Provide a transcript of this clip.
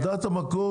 את תעודת המקור